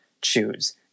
choose